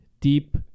deep